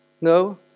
No